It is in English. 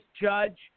judge